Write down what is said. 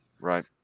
Right